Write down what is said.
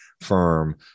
firm